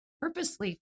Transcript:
purposely